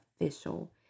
official